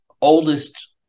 oldest